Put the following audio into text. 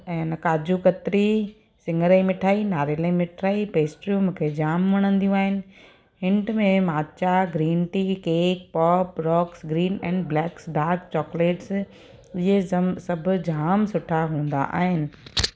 ऐं इन काजू कतरी सिङर जी मिठाई नारियल जी मिठाई पैस्ट्रियूं मूंखे जाम वणंदियूं आहिनि हिंट में matcha green tea cake Pop Rocks Green and Black's dark chocolates ईअं जम सभु जाम सुठा हूंदा आहिनि